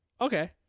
Okay